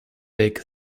big